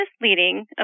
misleading